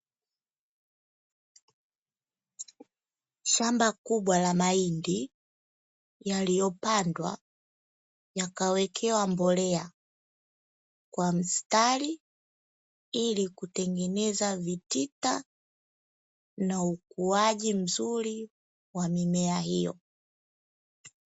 Shamba kubwa la mahindi yakiyopandwa yakawekewa mbolea kwa mstari ili kutengeneza vitita na ukuaji mzuri wa mimea hiyo.